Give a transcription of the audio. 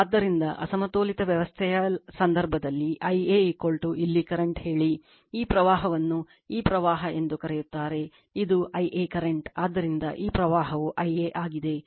ಆದ್ದರಿಂದ ಅಸಮತೋಲಿತ ವ್ಯವಸ್ಥೆಯ ಸಂದರ್ಭದಲ್ಲಿ Ia ಇಲ್ಲಿ ಕರೆಂಟ್ ಹೇಳಿ ಈ ಪ್ರವಾಹವನ್ನು ಈ ಪ್ರವಾಹ ಎಂದು ಕರೆಯುತ್ತಾರೆ ಇದು Ia ಕರೆಂಟ್ ಆದ್ದರಿಂದ ಈ ಪ್ರವಾಹವು Ia ಆಗಿದೆ